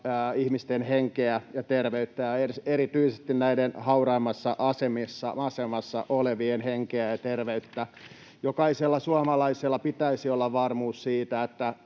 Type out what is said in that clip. ihmisten henkeä ja terveyttä, erityisesti näiden hauraimmassa asemassa olevien henkeä ja terveyttä. Jokaisella suomalaisella pitäisi olla varmuus siitä,